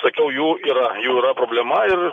sakiau jų yra jų yra problema ir